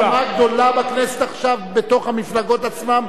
יש מלחמה גדולה בכנסת עכשיו בתוך המפלגות עצמן.